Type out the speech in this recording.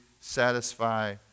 satisfy